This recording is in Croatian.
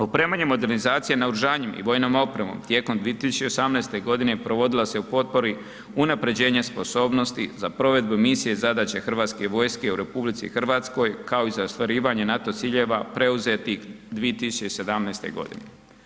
Opremanjem modernizacije naoružanjem i vojnom opremom tijekom 2018. godine provodila se u potpori unapređenje sposobnosti za provedbu misije i zadaće Hrvatske vojske u RH kao i za ostvarivanje NATO ciljeva preuzetih 2017. godine.